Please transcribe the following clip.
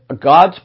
God's